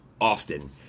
often